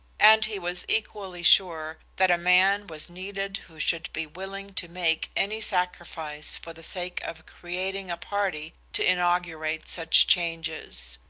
and he was equally sure that a man was needed who should be willing to make any sacrifice for the sake of creating a party to inaugurate such changes.